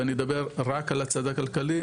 ואני אדבר רק על הצד הכלכלי,